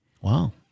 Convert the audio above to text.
Wow